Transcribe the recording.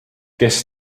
kes